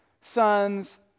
sons